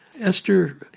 Esther